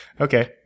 Okay